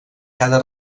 cada